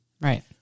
Right